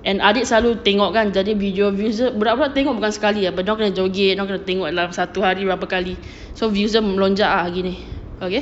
and adik selalu tengok kan jadi video views budak-budak tengok bukan sekali apa dia orang kena joget dia orang kena tengok dalam satu hari berapa kali so views dia melonjak ah gini okay